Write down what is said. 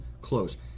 close